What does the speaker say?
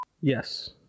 yes